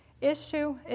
issue